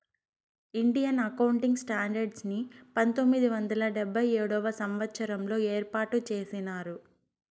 Indian accounting standards ని పంతొమ్మిది వందల డెబ్భై ఏడవ సంవచ్చరంలో ఏర్పాటు చేసినారు